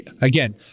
again